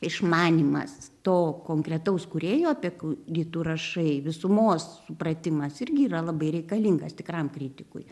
išmanymas to konkretaus kūrėjo apie kurį tu rašai visumos supratimas irgi yra labai reikalingas tikram kritikui